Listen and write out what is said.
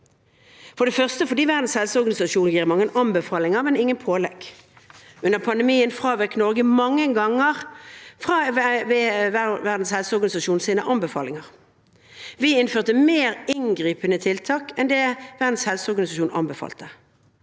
for det første fordi Verdens helseorganisasjon gir mange anbefalinger, men ingen pålegg. Under pandemien fravek Norge mange ganger Verdens helseorganisasjons anbefalinger. Vi innførte mer inngripende tiltak enn det Verdens helseorganisasjon anbefalte.